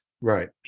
right